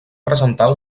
presentar